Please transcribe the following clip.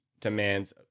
demands